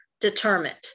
determined